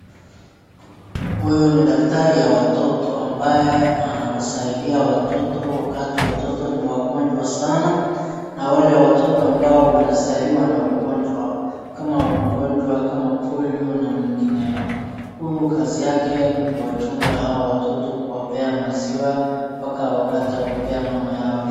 Huyu ni daktari ya watoto ambaye anawasaidia watoto wakati watoto ni wagonjwa sana. Na wale watotoambao wanazaliwa na ugonjwa. Kama ugonjwa kama polio na mengineyo. Huyu kazi yake ni kuwachunga hawa watoto kuwapea maziwa mpaka wakati ya kupea mama yao ifike.